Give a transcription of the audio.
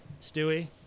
Stewie